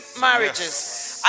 marriages